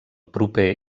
proper